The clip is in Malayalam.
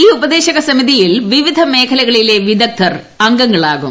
ഈ ഉപദേശക സമിതിയിൽ വിവിധ മേഖലയിലെ വിദഗ്ദ്ധർ അംഗങ്ങളാകും